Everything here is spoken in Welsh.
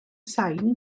sain